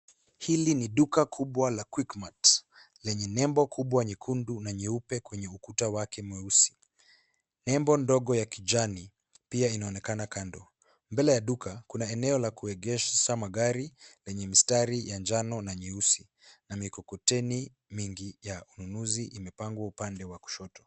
Hili ni duka kubwa la QuickMart lenye nembo kubwa nyekundu na nyeupe kwenye ukuta wake mweusi. Nembo ndogo ya kijani pia inaonekana kando. Mbele ya duka kuna eneo la kuegesha magari lenye mistari ya njano na nyeusi na mikokoteni mingi ya ununuzi imepangwa upande wa kusho.